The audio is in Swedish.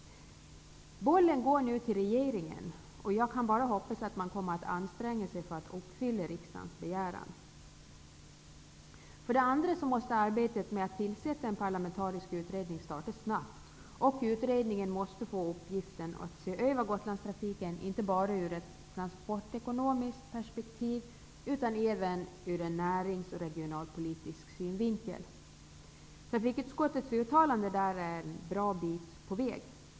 Bollen går nu till regeringen. Jag kan bara hoppas att man kommer att anstränga sig för att uppfylla riksdagens begäran. För det andra måste arbetet med att tillsätta en parlamentarisk utredning starta snabbt. Utredningen måste få uppgiften att se över Gotlandstrafiken inte bara i ett transportekonomiskt perspektiv utan även ur en närings och regionalpolitisk synvinkel. Trafikutskottets uttalande sträcker sig ett bra stycke på väg.